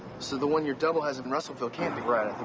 so the one your double has in russellfield can't be. right. i think